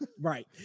right